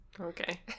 Okay